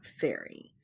fairy